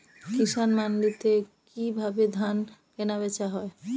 কৃষান মান্ডিতে কি ভাবে ধান কেনাবেচা হয়?